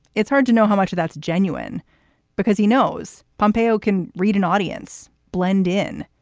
it's hard to know how much that's genuine because he knows pompeo can read an audience blend in.